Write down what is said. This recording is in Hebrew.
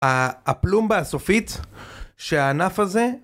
הפלומבה הסופית שהענף הזה